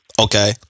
Okay